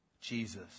Jesus